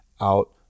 out